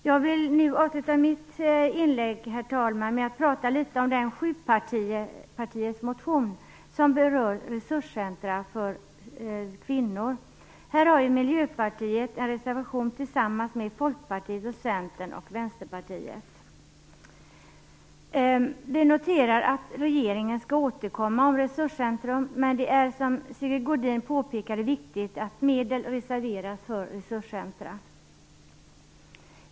Jag skall nu säga litet grand om den sjupartimotion som berör frågan om resurscentrum för kvinnor. Här har Miljöpartiet en reservation tillsammans med Folkpartiet, Centern och Vänsterpartiet. Vi noterar att regeringen skall återkomma i frågan om resurscentrum. Det är viktigt, som Sigge Godin påpekade, att medel reserveras för resurscentrum.